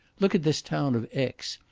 look at this town of aix,